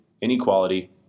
inequality